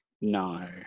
No